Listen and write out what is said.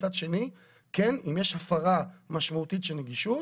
מצד שני אם יש הפרה משמעותית של נגישות